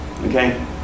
okay